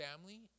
family